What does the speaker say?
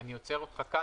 אני עוצר אותך כאן.